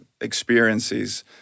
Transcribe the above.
experiences